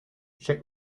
check